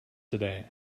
today